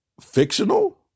fictional